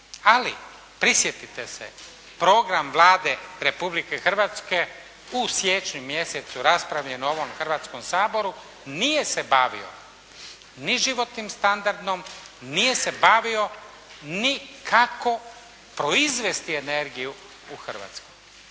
Ali prisjetite se program Vlade Republike Hrvatske u siječnju mjesecu raspravljen na ovom Hrvatskom saboru nije se bavio ni životnim standardom, nije se bavio ni kako proizvesti energiju u Hrvatskoj.